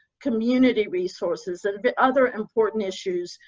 community resources, and other important issues,